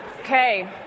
Okay